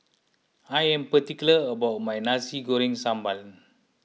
I am particular about my Nasi Goreng Sambal